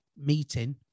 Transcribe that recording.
meeting